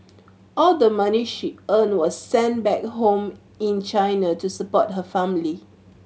all the money she earned was sent back home in China to support her family